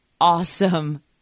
awesome